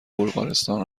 بلغارستان